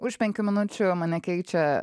už penkių minučių mane keičia